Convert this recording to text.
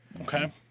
Okay